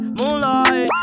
moonlight